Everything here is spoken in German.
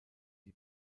die